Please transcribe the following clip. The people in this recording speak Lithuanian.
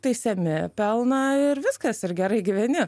teisiami pelną ir viskas ir gerai gyveni